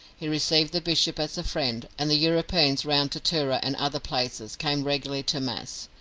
he received the bishop as a friend, and the europeans round tatura and other places came regularly to mass.